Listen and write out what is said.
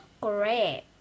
great